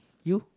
you